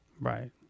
Right